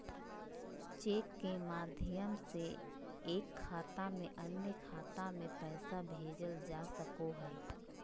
cheque के माध्यम से एक खाता से अन्य खाता में पैसा भेजल जा सको हय